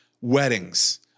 weddings